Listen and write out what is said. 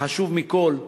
וחשוב מכול,